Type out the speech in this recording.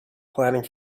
planning